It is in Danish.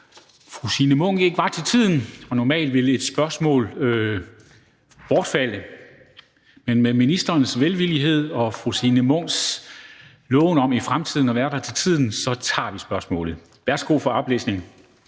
fru Signe Munk ikke kom til tiden, og så ville spørgsmålet bortfalde. Men med ministerens velvillighed og fru Signe Munks lovning på i fremtiden at være her til tiden, tager vi spørgsmålet. Kl. 14:16 Spm. nr.